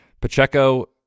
Pacheco